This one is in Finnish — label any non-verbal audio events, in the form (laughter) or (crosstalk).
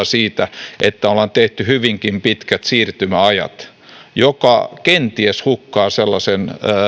(unintelligible) siitä että ollaan tehty hyvinkin pitkät siirtymäajat jotka kenties hukkaavat sellaisen